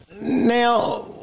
Now